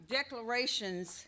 declarations